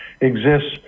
exists